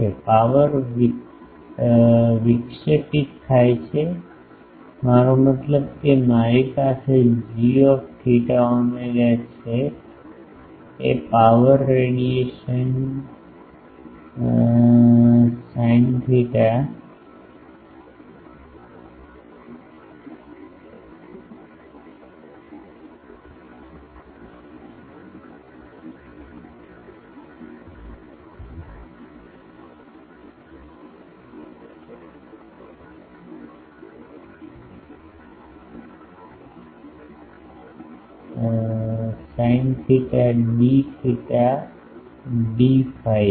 power વિક્ષેપિત થાય છે મતલબ કે મારી પાસે જી θ φ એ power radiation pattern sin theta d theta d phi છે